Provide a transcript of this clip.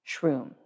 shrooms